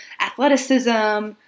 athleticism